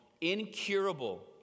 Incurable